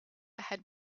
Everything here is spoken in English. had